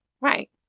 Right